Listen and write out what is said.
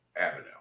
Avenue